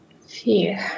Fear